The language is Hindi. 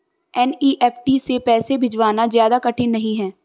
एन.ई.एफ.टी से पैसे भिजवाना ज्यादा कठिन नहीं है